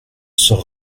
sors